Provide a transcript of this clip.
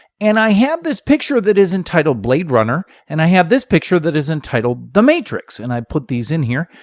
and i also have this picture that is entitled blade runner. and i have this picture that is entitled the matrix. and i put these in here.